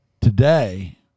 today